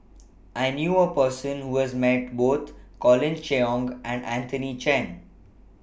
I knew A Person Who has Met Both Colin Cheong and Anthony Chen